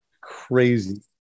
crazy